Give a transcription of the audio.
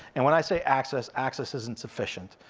and when i say access, access isn't sufficient.